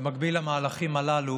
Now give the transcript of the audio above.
במקביל למהלכים הללו